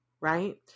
right